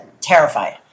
terrified